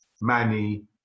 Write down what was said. Manny